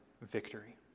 victory